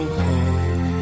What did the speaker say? home